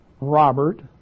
Robert